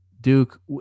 Duke